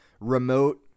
remote